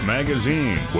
Magazine